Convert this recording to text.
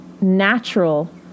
natural